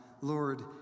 Lord